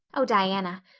oh, diana,